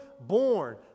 born